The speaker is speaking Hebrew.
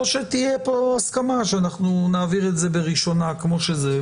או שתהיה פה הסכמה שאנחנו נעביר את זה בראשונה כמו שזה,